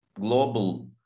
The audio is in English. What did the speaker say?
global